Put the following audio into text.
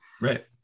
Right